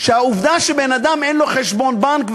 שהעובדה שלאדם אין חשבון בנק,